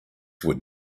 would